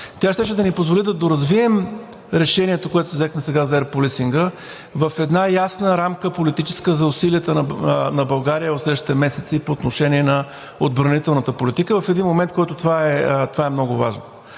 Тя щеше да ни позволи да доразвием решението, което взехме сега за Air Policing-а в една ясна политическа рамка за усилията на България в следващите месеци по отношение на отбранителната политика в един момент, в който това е много важно.